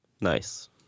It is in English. Nice